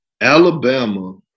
Alabama